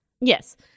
Yes